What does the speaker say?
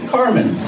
Carmen